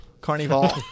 Carnival